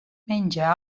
menja